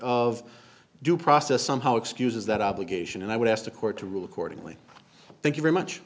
of due process somehow excuses that obligation and i would ask the court to rule accordingly thank you very much